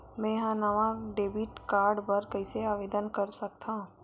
मेंहा नवा debit card बर कैसे आवेदन कर सकथव?